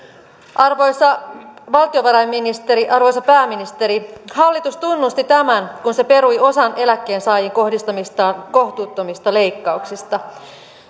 arvoisa valtiovarainministeri arvoisa pääministeri hallitus tunnusti tämän kun se perui osan eläkkeensaajiin kohdistamistaan kohtuuttomista leikkauksista